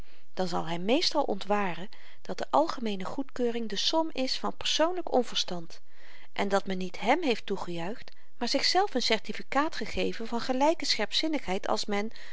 dan zal hy meestal ontwaren dat de algemeene goedkeuring de som is van persoonlyk onverstand en dat men niet hèm heeft toegejuicht maar zichzelf een certificaat gegeven van gelyke scherpzinnigheid als men